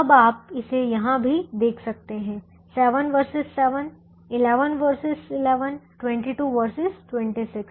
अब आप इसे यहाँ भी देख सकते हैं 7 vs 7 11 vs 11 और 22 vs 26